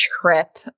trip